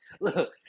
Look